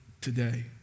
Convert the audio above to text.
today